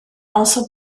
also